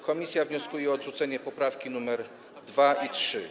Komisja wnioskuje o odrzucenie poprawek 2. i 3.